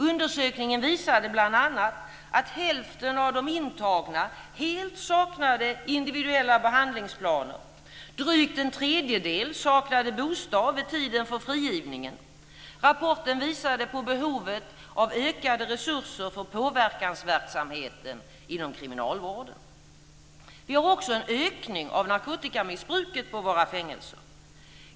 Undersökningen visade bl.a. att hälften av de intagna helt saknade individuella behandlingsplaner. Drygt en tredjedel saknade bostad vid tiden för frigivningen. Rapporten visade på behovet av ökade resurser för påverkansverksamheten inom kriminalvården. Vi har också en ökning av narkotikamissbruket på våra fängelser.